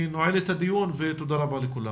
אני נועל את הדיון, תודה רבה לכולם.